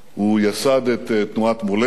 הוא יסד את תנועת מולדת,